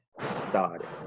started